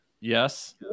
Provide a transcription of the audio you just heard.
Yes